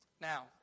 Now